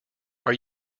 are